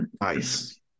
nice